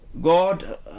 God